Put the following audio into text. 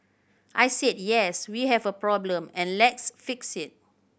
I said yes we have a problem and let's fix it